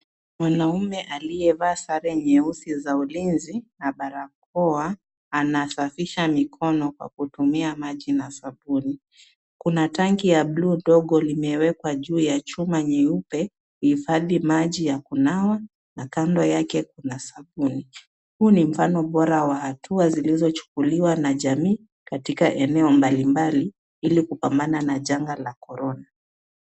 Mwanaume aliye vaa sare nyeusi za ulinzi, na barakoa, anasafisha mikono kwa kutumia maji na sabuni. Kuna tanki ya bluu ndogo limewekwa juu ya chuma nyeupe, lihifadhi maji ya kunawa, na kando yake kuna sabuni. Huu ni mfano bora wa hatua zilizochukuliwa na jamii katika eneo mbalimbali ili kupambana na janga la korona.